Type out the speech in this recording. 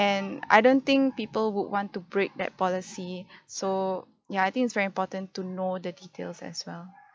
and I don't think people would want to break that policy so ya I think it's very important to know the details as well